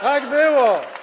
Tak było.